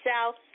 South